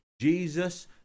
Jesus